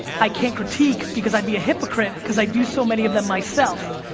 i can't critique because i'd be a hypocrite because i do so many of them myself.